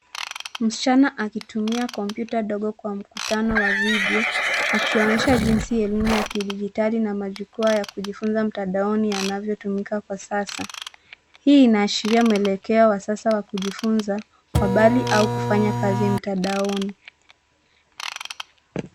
Msichana akitumia kompyuta ndogo kwa mkutano wa video akionyesha jinsi elimu ya kidijitali na majukwaa ya kujifunza mtandaoni yanavyotumika kwa sasa. Hii inaashiria mwelekeo wa sasa wa kujifunza kwa mbali au kufanya kazi mtandaoni.